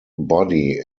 body